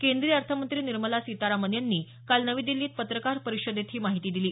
केंद्रीय अर्थमंत्री निर्मला सीतारामन यांनी काल नवी दिल्लीत पत्रकार परिषदेत ही माहिती दिली